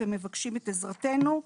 ומבקשים את עזרתנו,